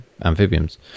amphibians